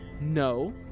No